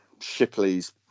Shipley's